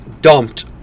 dumped